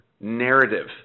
narrative